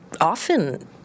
often